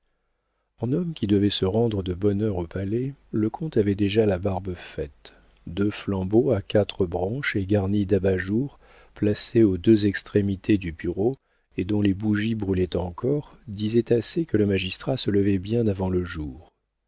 en homme qui devait se rendre de bonne heure au palais le comte avait déjà la barbe faite deux flambeaux à quatre branches et garnis dabat jour placés aux deux extrémités du bureau et dont les bougies brûlaient encore disaient assez que le magistrat se levait bien avant le jour